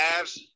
Mavs